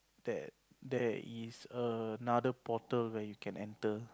that there is another portal where you can enter